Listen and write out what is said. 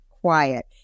quiet